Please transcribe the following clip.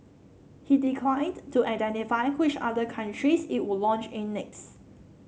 he declined to identify which other countries it would launch in next